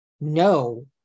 no